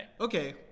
Okay